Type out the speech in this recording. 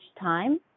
time